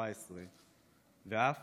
ואף